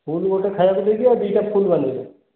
ଫୁଲ୍ ଗୋଟେ ଖାଇବାକୁ ଦେଇଦିଅ ଆଉ ଦୁଇଟା ଫୁଲ୍ ବାନ୍ଧି ଦିଅ